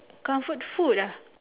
comfort food ah